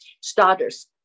starters